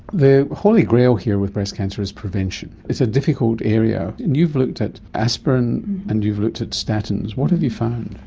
the holy grail here with breast cancer is prevention. it's a difficult area. and you've looked at aspirin and you've looked at statins. what have you found?